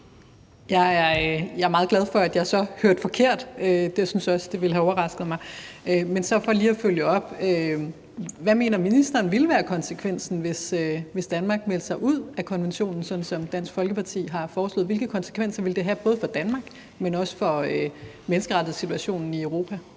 Jeg er meget glad for, at jeg så hørte forkert – andet synes jeg også ville have overrasket mig. Men for så lige at følge op: Hvad mener ministeren ville være konsekvensen, hvis Danmark meldte sig ud af konventionen, sådan som Dansk Folkeparti har foreslået? Hvilke konsekvenser ville det have både for Danmark, men også for menneskerettighedssituationen i Europa?